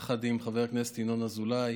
יחד עם חבר הכנסת ינון אזולאי,